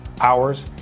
hours